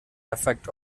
effects